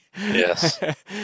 Yes